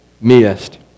missed